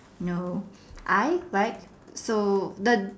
no I like so the